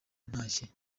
ntashye